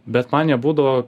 bet man jie būdavo